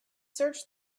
search